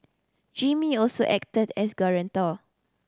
Jimmy also acted as guarantor